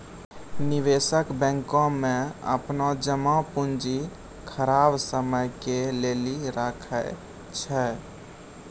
निवेशक बैंको मे अपनो जमा पूंजी खराब समय के लेली राखै छै